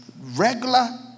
regular